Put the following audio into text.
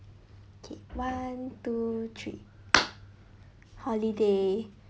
okay one two three holiday